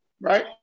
Right